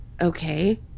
okay